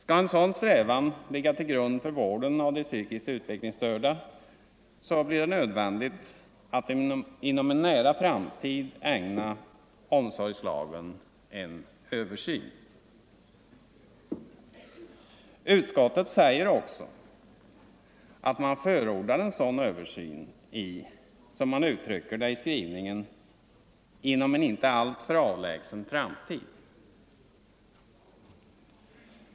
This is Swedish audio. Skall en sådan strävan ligga till grund för vården av de psykiskt utvecklingsstörda blir det nödvändigt att inom en nära framtid ägna omsorgslagen en översyn. Utskottet säger också att man förordar en sådan översyn, som man uttrycker det i skrivningen, ”inom en inte alltför avlägsen framtid”.